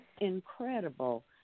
incredible